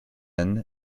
anne